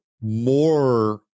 more